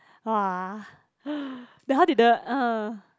!wah! then how did the uh